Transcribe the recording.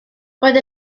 roedd